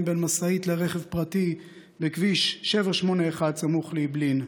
בין משאית לרכב פרטי בכביש 781 סמוך לאעבלין.